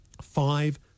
five